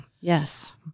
Yes